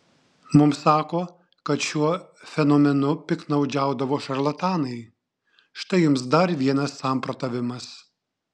mums sako kad šiuo fenomenu piktnaudžiaudavo šarlatanai štai jums dar vienas samprotavimas